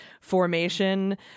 formation